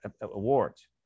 awards